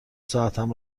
ساعتم